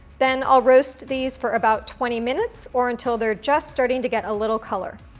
then i'll roast these for about twenty minutes or until they're just starting to get a little color.